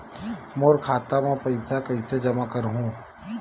मोर खाता म पईसा कइसे जमा करहु?